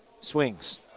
swings